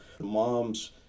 Moms